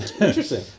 interesting